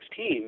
2016